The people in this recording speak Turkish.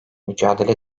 mücadele